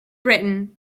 britain